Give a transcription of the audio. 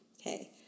Okay